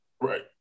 right